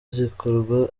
zikorwa